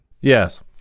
yes